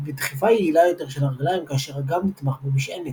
ודחיפה יעילה יותר של הרגליים כאשר הגב נתמך במשענת.